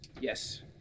Yes